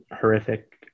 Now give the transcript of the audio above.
horrific